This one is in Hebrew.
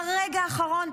ברגע האחרון,